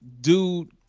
dude